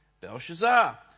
Belshazzar